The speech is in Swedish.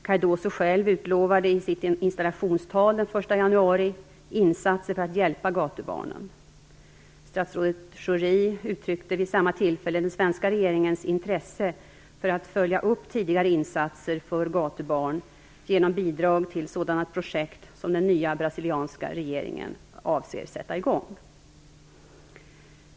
Cardoso själv utlovade i sitt installationstal den 1 januari insatser för att hjälpa gatubarnen. Statsrådet Schori uttryckte vid samma tillfälle den svenska regeringens intresse för att följa upp tidigare insatser för gatubarn genom bidrag till sådana projekt som den nya brasilianska regeringen avser sätta i gång.